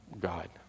God